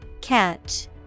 Catch